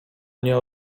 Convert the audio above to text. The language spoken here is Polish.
mnie